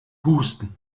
husten